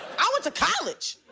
i went to college.